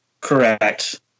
Correct